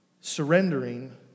surrendering